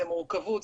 מורכבות.